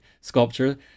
sculpture